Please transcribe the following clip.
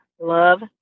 love